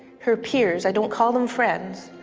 her peers, i don't call them friends,